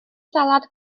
salad